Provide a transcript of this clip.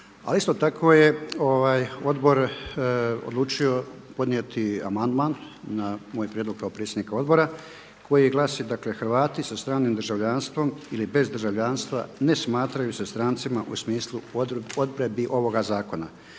isto tako je odbor odlučio podnijeti amandman na moj prijedlog kao predsjednika odbora koji glasi dakle „Hrvati sa stranim državljanstvom ili bez državljanstva ne smatraju se strancima u smislu odredbi ovoga zakona.“